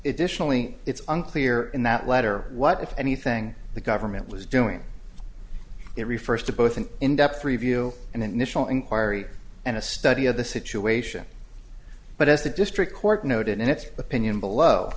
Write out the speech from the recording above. only it's unclear in that letter what if anything the government was doing it refers to both an in depth review and initial inquiry and a study of the situation but as the district court noted in its opinion below